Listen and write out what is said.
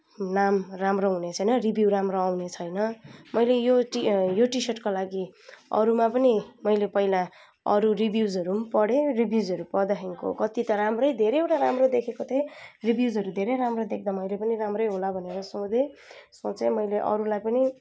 नाम राम्रो हुने छैन रिभ्यु राम्रो आउने छैन मैले यो टी यो टिसर्टको लागि अरूमा पनि मैले पहिला अरू रिभ्युजहरू पनि पढेँ रिभ्युजहरू पढ्दाखेरिको कति त राम्रै धेरैवटा राम्रो देखेको थिएँ रिभ्युजहरू धेरै राम्रो देख्दा मैले पनि राम्रै होला भनेर सोधेँ सोचेँ मैले अरूलाई पनि